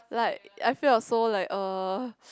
like I feel I was so like uh